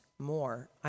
more